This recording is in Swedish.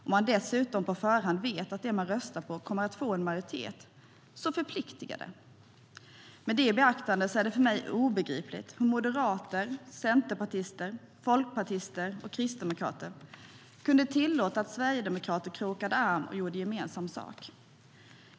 Om man dessutom på förhand vet att det man röstar på kommer att få en majoritet förpliktigar det. Med det i beaktande är det för mig obegripligt hur moderater, centerpartister, folkpartister och kristdemokrater kunde tillåta att Sverigedemokraterna krokade arm och gjorde gemensam sak.